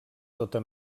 tota